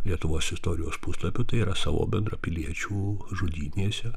lietuvos istorijos puslapiu tai yra savo bendrapiliečių žudynėse